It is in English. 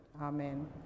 Amen